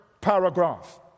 paragraph